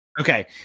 Okay